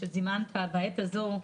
שזימנת בעת הזו,